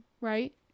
Right